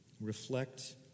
reflect